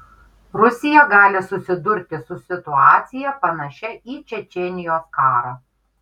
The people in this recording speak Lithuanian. rusija gali susidurti su situacija panašia į čečėnijos karą